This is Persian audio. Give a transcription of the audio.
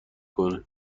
کنه